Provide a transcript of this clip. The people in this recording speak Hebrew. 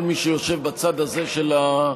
כל מי שיושב בצד הזה של המליאה,